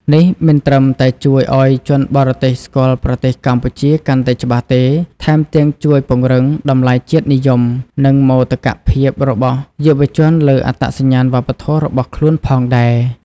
នេះមិនត្រឹមតែជួយឱ្យជនបរទេសស្គាល់ប្រទេសកម្ពុជាកាន់តែច្បាស់ទេ ថែមទាំងជួយពង្រឹង តម្លៃជាតិនិយម និងមោទកភាពរបស់យុវជនលើអត្តសញ្ញាណវប្បធម៌របស់ខ្លួនផងដែរ។